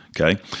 okay